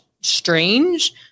strange